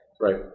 Right